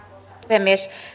puhemies